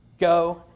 Go